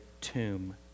tomb